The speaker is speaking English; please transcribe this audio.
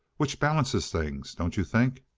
which balances things, don't you think?